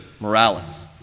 Morales